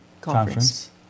Conference